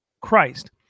Christ